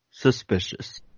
suspicious